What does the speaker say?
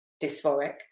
dysphoric